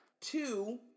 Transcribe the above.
two